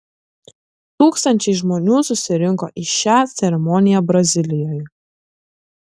tūkstančiai žmonių susirinko į šią ceremoniją brazilijoje